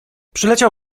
przeleciał